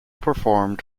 performed